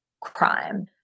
crime